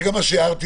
זה גם מה שהערתי,